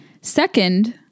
Second